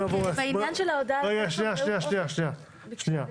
ולא שולחים.